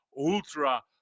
Ultra